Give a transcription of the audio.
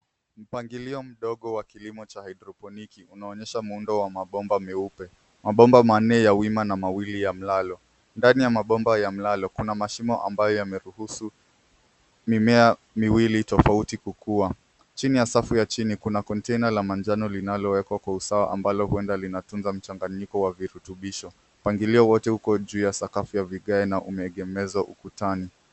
Mpangilio mdogo wa kilimo cha haidroponiki unaonyesha muundo wa mabomba meupe. Mabomba manne ya wima na mawili ya mlalo. Ndani ya mabomba ya mlalo, kuna mashimo ambayo yameruhusu mimea miwili tofauti kukua. Chini ya safu ya chini kuna kontena la manjano linalowekwa kwa usawa ambalo huenda linatunza mchanganyiko wa virutubisho. Mpangilio wote uko juu ya sakafu ya vigae na umeegemezwa ukutani.